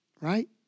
right